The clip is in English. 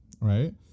right